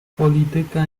polityka